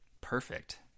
Perfect